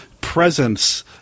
presence